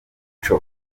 muco